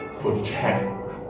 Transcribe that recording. protect